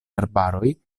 arbaroj